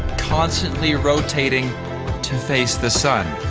constantly rotating to face the sun.